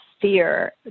fear